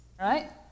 right